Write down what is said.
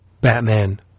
Batman